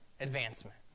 advancement